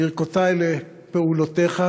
ברכותי על פעולותיך.